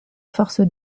force